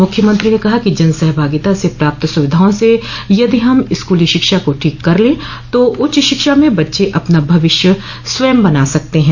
मुख्यमंत्री ने कहा कि जन सहभागिता से प्राप्त सुविधाओं से यदि हम स्कूली शिक्षा को ठीक कर ले तो उच्च शिक्षा में बच्चे अपना भविष्य स्वयं बना सकते हैं